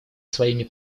своими